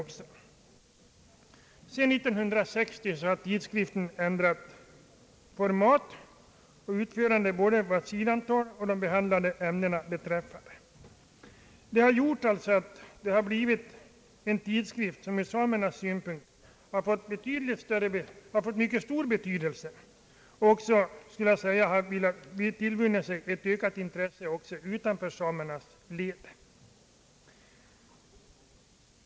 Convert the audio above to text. Sedan 1960 har tidskriften ändrat format och utförande både vad sidantal och de behandlade ämnena beträffar. Tidskriften har därmed ur samernas synpunkt fått mycket stor betydelse och har, vill jag säga, tillvunnit sig ett ökat intresse även utanför samernas led.